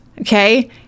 okay